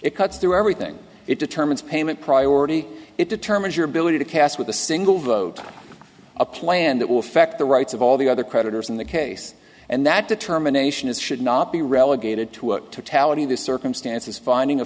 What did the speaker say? it cuts through everything it determines payment priority it determines your ability to cast with a single vote a plan that will affect the rights of all the other creditors in the case and that determination is should not be relegated to what to tell you the circumstances finding